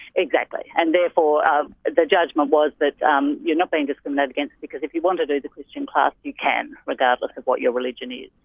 exactly, and therefore um the judgment was that but um you're not being discriminated against, because if you want to do the christian class you can, regardless of what your religion is,